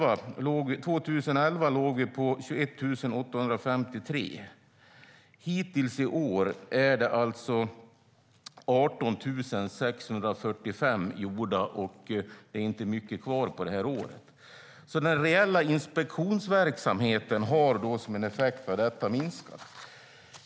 År 2011 låg vi på 21 853. Hittills i år är det 18 645 gjorda, och det är inte mycket kvar av året. Den reella inspektionsverksamheten har alltså minskat som en effekt av detta.